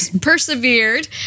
persevered